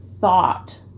thought